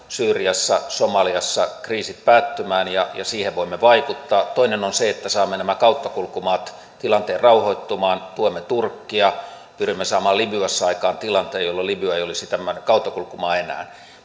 syyriassa somaliassa kriisit päättymään ja siihen voimme vaikuttaa toinen on se että saamme näiden kauttakulkumaiden tilanteen rauhoittumaan tuemme turkkia ja pyrimme saamaan libyassa aikaan tilanteen jolloin libya ei olisi tämmöinen kauttakulkumaa enää